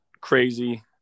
crazy